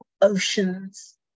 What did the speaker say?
oceans